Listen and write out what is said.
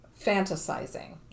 fantasizing